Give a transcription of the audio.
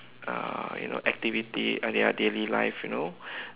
uh you know activity uh their daily life you know